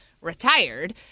retired